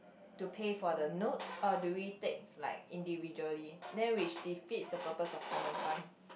to pay for the notes or do we take like individually then which did fit the purpose of common fund